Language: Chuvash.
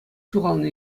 ҫухалнӑ